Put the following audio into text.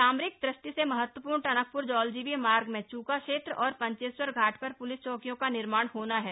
सामरिक दृष्टि से महत्वपूर्ण टनकप्र जौलजीबी मार्ग में चूका क्षेत्र और पंचेश्वर घाट पर पुलिस चौंकियों का निर्माण होना है